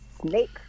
snake